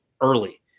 early